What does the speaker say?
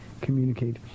communicate